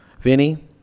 Vinny